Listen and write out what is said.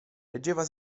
leggeva